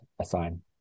assign